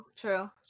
true